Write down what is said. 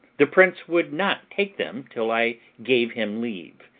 the prince would not take them till i gave him leave,